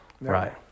Right